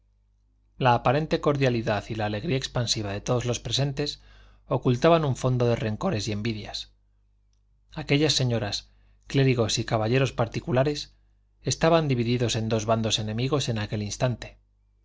la aparente cordialidad y la alegría expansiva de todos los presentes ocultaban un fondo de rencores y envidias aquellas señoras clérigos y caballeros particulares estaban divididos en dos bandos enemigos en aquel instante